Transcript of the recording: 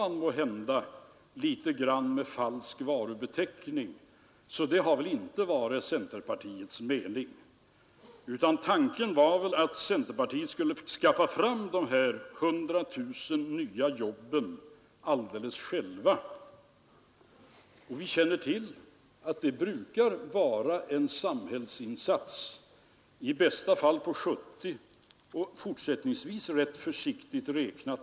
När jag är ute och diskuterar de här frågorna med ekonomer av facket är det ganska vanligt att jag får dramatiska skildringar av det lysande 1960-talet — naturligtvis mera för att det skall bli en relief till hur dystert det skulle ha varit under de senaste två åren.